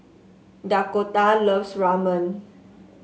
Dakotah loves Ramen